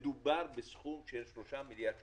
מדובר בסכום של 3 מיליארד שקלים.